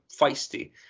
feisty